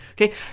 okay